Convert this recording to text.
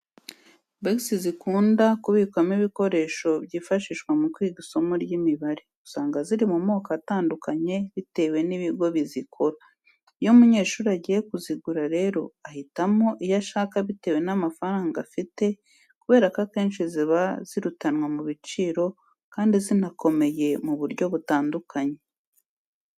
Bogisi zikunda kubikwamo ibikoresho byifashishwa mu kwiga isomo ry'imibare, usanga ziri mu moko atandukanye bitewe n'ibigo bizikora. Iyo umunyeshuri agiye kuzigura rero ahitamo iyo ashaka bitewe n'amafaranga afite kubera ko akenshi ziba zirutanwa mu biciro kandi zinakomeye mu buryo butandukanye.